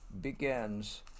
begins